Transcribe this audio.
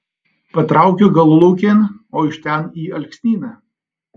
patraukiu galulaukėn o iš ten į alksnyną